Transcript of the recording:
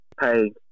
pay